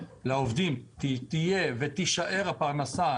לעובדים תהיה ותישאר הפרנסה,